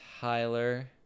Tyler